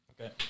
Okay